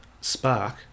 spark